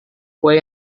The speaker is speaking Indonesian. kue